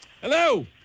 Hello